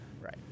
Right